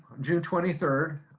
june twenty third,